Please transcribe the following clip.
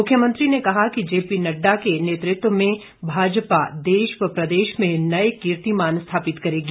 मुख्यमंत्री ने कहा कि जेपी नड्डा के नेतृत्व में भाजपा देश व प्रदेश में नए कीर्तिमान स्थापित करेगी